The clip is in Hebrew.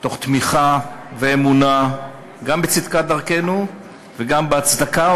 תוך תמיכה ואמונה גם בצדקת דרכנו וגם בהצדקה